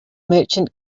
merchant